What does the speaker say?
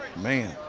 man.